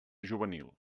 juvenil